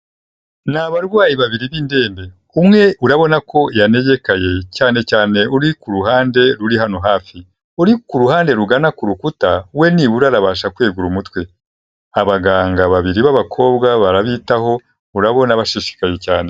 Ni abarwayi babiri b'indembe umwe urabona ko yanegenekaye cyane cyane uri ku ruhande ruri hano hafi, uri ku ruhande rugana ku rukuta we nibura arabasha kwegura umutwe, abaganga babiri b'abakobwa barabitaho urabona bashishikaye cyane.